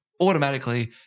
automatically